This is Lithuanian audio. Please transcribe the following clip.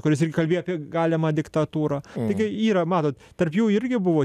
kuris irgi kalbėjo apie galimą diktatūrą taigi yra matot tarp jų irgi buvo